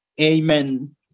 Amen